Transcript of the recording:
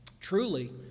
truly